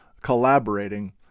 collaborating